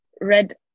Red